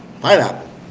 pineapple